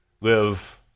live